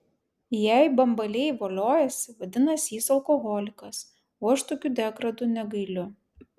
jei bambaliai voliojasi vadinasi jis alkoholikas o aš tokių degradų negailiu